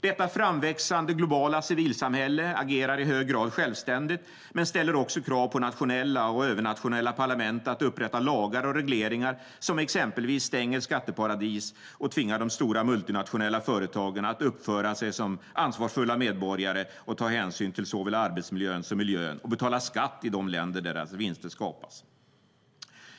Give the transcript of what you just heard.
Detta framväxande globala civilsamhälle agerar i hög grad självständigt men ställer också krav på nationella och övernationella parlament att upprätta lagar och regleringar som exempelvis stänger skatteparadis och tvingar de stora multinationella företagen att uppföra sig som ansvarsfulla medborgare och ta hänsyn till såväl arbetsmiljön som miljön och betala skatt i de länder där deras vinster skapas.